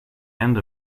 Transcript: end